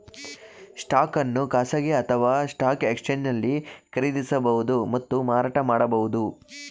stock ಅನ್ನು ಖಾಸಗಿ ಅಥವಾ ಸ್ಟಾಕ್ ಎಕ್ಸ್ಚೇಂಜ್ನಲ್ಲಿ ಖರೀದಿಸಬಹುದು ಮತ್ತು ಮಾರಾಟ ಮಾಡಬಹುದು